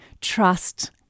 trust